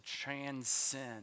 transcend